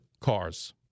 cars